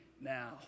now